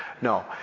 No